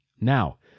Now